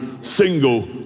single